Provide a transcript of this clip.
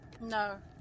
No